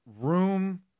Room